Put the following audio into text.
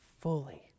fully